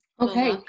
okay